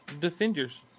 Defenders